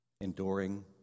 enduring